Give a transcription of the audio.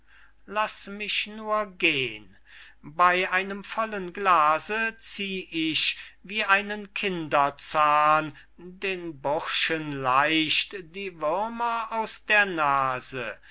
laßt mich nur gehn bey einem vollen glase zieh ich wie einen kinderzahn den burschen leicht die würmer aus der nase